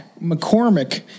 McCormick